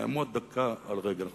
אעמוד דקה על רגל אחת.